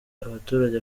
abaturage